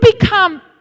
become